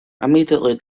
immediately